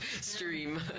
stream